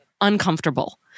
uncomfortable